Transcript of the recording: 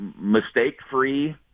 mistake-free